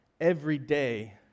everyday